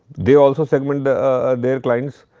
they also segment the a their clients,